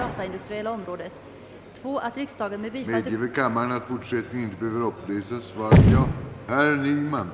Datamaskinerna skulle mot avgift upplåtas till olika driftsmyndigheter. Dessa skulle i sin tur kunna upplåta datamaskintid mot särskild taxa.